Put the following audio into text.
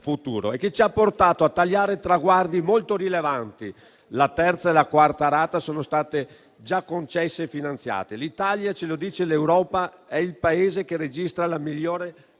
che ci ha portato a tagliare traguardi molto rilevanti. La terza e la quarta rata sono state già concesse e finanziate. L'Italia - ce lo dice l'Europa - è il Paese che registra la migliore